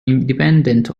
independent